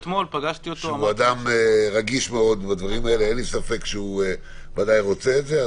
שהוא אדם רגיש מאוד בדברים האלה ואין לי ספק שהוא ודאי רוצה את זה.